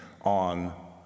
on